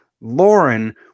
Lauren